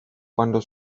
cuando